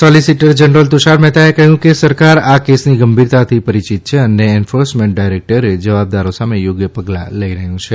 solicitor general Tushar મહેતાએ કહ્યું કે સરકાર આ કેસની ગંભીરતાથી પરિચિત છે અને એન્ફોર્સમેન્ટ ડાયરેક્ટરેટે જવાબદારો સામે યોગ્ય પગલાં લઇ રહ્યું છે